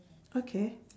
okay